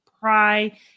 pry